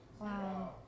Wow